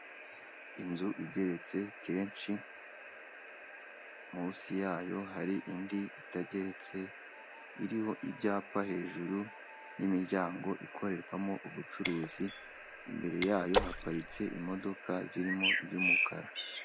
Inzu igeretse kenshi; munsi yayo hari indi itageretse iriho ibyapa hejuru n'imiryango ikorerwamo ubucuruzi. Imbere yayo haparitse imodoka zirimo iy'umukara.